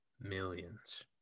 millions